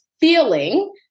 feeling